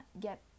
get